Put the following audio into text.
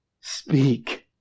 speak